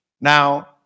Now